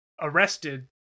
arrested